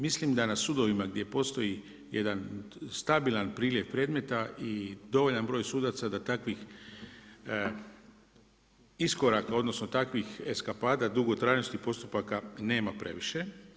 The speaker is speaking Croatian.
Mislim da na sudovima, gdje postoji jedan stabilan pregled predmeta i dovoljan broj sudaca da takvih iskoraka, odnosno, takvih eskapada dugotrajnosti postupaka nema previše.